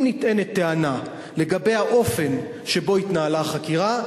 אם נטענת טענה לגבי האופן שבו התנהלה החקירה,